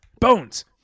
Bones